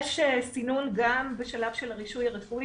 יש סינון גם בשלב של הרישוי הרפואי.